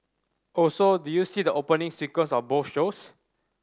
also did you see the opening sequence of both shows